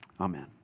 Amen